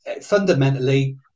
fundamentally